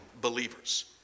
believers